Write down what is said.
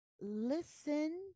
listen